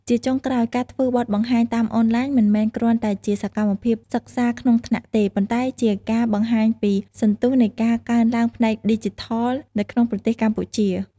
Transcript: ជាចុងក្រោយ ការធ្វើបទបង្ហាញតាមអនឡាញមិនមែនត្រឹមតែជាសកម្មភាពសិក្សាក្នុងថ្នាក់ទេ ប៉ុន្តែជាការបង្ហាញពីសន្ទុះនៃការកើនឡើងផ្នែកឌីជីថលនៅក្នុងប្រទេសកម្ពុជា។